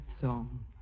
song